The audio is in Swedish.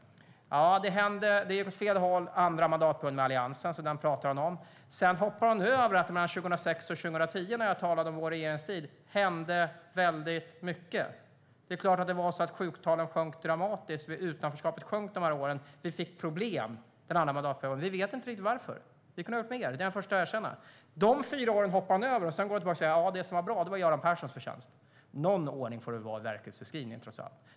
Hon menar att det gick fel under andra mandatperioden med Alliansen, så den pratar hon om. Sedan hoppar hon över att det under vår regeringstid mellan 2006 och 2010 hände väldigt mycket. Sjuktalen sjönk dramatiskt. Utanförskapet minskade. Vi fick problem den andra mandatperioden. Vi vet inte riktigt varför. Och vi kunde ha gjort mer. Det är jag den förste att erkänna. Men de första fyra åren av vår regeringstid hoppar hon över. I stället menar hon att det som var bra var Göran Perssons förtjänst. Någon ordning får det väl vara i verklighetsbeskrivningen, trots allt?